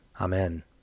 Amen